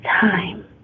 time